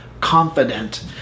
confident